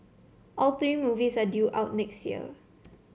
all three movies are due out next year